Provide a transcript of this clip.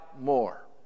more